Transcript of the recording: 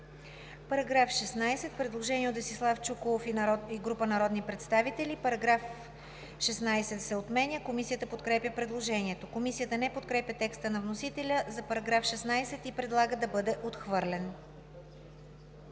народния представител Десислав Чуколов и група народни представители: „Параграф 16 се отменя.“ Комисията подкрепя предложението. Комисията не подкрепя текста на вносителя за § 16 и предлага да бъде отхвърлен.